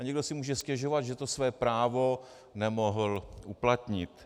A někdo si může stěžovat, že to své právo nemohl uplatnit.